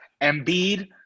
Embiid